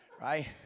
Right